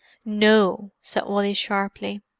no! said wally sharply.